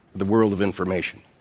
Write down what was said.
the world of information,